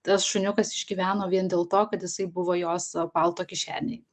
tas šuniukas išgyveno vien dėl to kad jisai buvo jos palto kišenėj